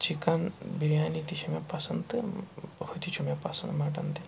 chicken biryani تہِ چھے مےٚ پَسنٛد تہٕ ہُہ تہِ چھُ مےٚ پَسنٛد مَٹَن تہِ